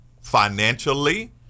financially